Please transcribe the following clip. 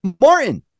Martin